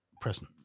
present